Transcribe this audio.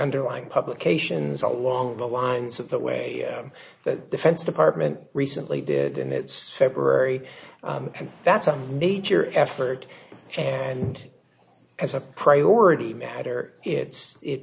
underlying publications along the lines of the way the defense department recently did in its february and that's a major effort and as a priority matter it